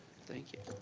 thank you.